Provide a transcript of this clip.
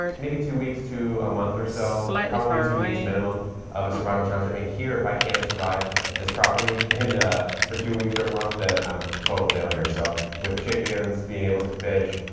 maybe two weeks to a month or so. probably two weeks minimum of a survival challenge. i mean, here, if i can't survive at this property in a, for two weeks or a month, then i'm a total failure. so with chickens, being able to fish,